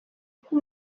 kuko